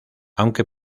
aunque